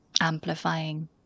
amplifying